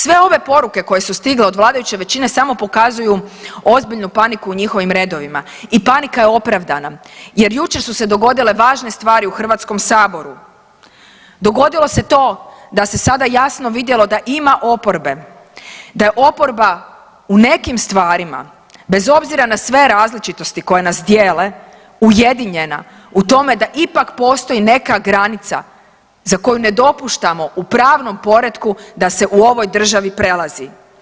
Sve ove poruke koje su stigle od vladajuće većine samo pokazuju ozbiljnu paniku u njihovim redovima i panika je opravdana jer jučer su se dogodile važne stvari u HS, dogodilo se to da se sada jasno vidjelo da ima oporbe, da je oporba u nekim stvarima bez obzira na sve različitosti koje nas dijele, ujedinjena u tome da ipak postoji neka granica za koju ne dopuštamo u pravnom poretku da se u ovoj državi prelazi.